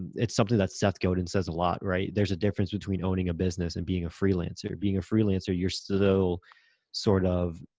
it's something that seth godin says a lot, right? there's a difference between owning a business and being a freelancer. being a freelancer, you're still sort of